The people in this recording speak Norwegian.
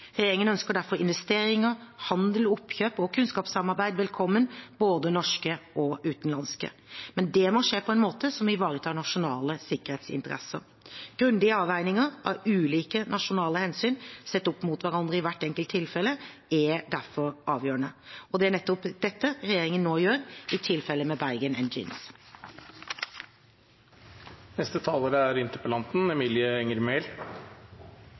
Regjeringen ønsker derfor investeringer, handel, oppkjøp og kunnskapssamarbeid velkommen, fra både norsk og utenlandsk hold. Men det må skje på en måte som ivaretar nasjonale sikkerhetsinteresser. Grundige avveininger av ulike nasjonale hensyn, sett opp mot hverandre i hvert enkelt tilfelle, er derfor avgjørende, og det er nettopp dette regjeringen nå gjør, i tilfellet med Bergen